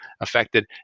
affected